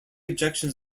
objections